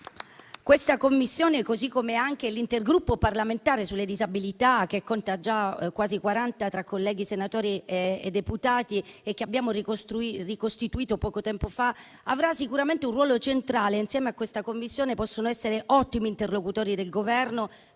Questa Commissione, così come anche l'intergruppo parlamentare sulle disabilità, che conta già quasi quaranta tra colleghi senatori e deputati e che abbiamo ricostituito poco tempo fa, avrà sicuramente un ruolo centrale e l'una e l'altro insieme possono essere ottimi interlocutori del Governo